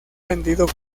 vendido